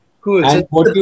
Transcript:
cool